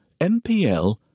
NPL